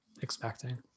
expecting